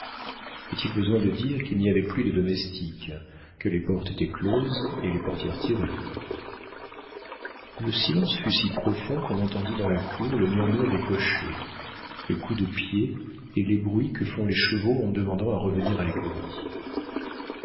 est-il besoin de dire qu'il n'y avait plus de domestiques que les portes étaient closes et les portières tirées le silence fut si profond qu'on entendit dans la cour le murmure des cochers les coups de pied et les bruits que font les chevaux en demandant à revenir à l'écurie